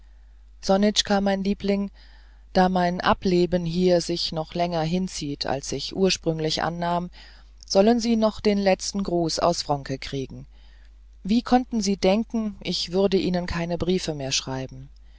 sonitschka mein liebling da mein ableben hier sich doch länger hinzieht als ich ursprünglich annahm sollen sie noch einen letzten gruß aus wronke kriegen wie konnten sie denken ich würde ihnen keine briefe mehr schreiben